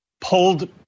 pulled